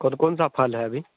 कौन कौन सा फल है अभी